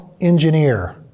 engineer